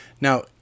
Now